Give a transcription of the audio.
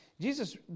Jesus